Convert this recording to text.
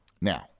Now